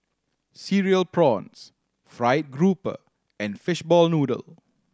Cereal Prawns fried grouper and fishball noodle